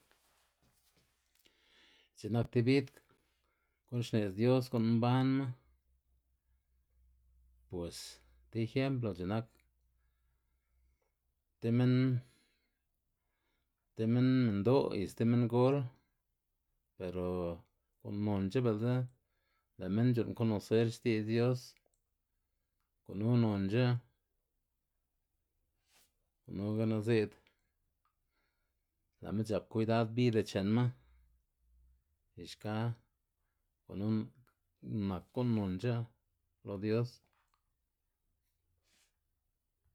c̲h̲i nak ti bid gu'n xne'dz dios gu'n mbanma, bos ti ejemplo x̱i'k nak ti minn tib minn minndo' y sti minngol pero gu'n nonc̲h̲a bi'ldza lë' minn c̲h̲u'nn konoser xti'dz dios, gunu nonc̲h̲a gunugana zi'd lë'ma c̲h̲ap kwidad bida chenma y xka gunu nak gu'n nonc̲h̲a lo dios.